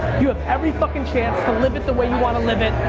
you have every fuckin' chance to live it the way you want to live it.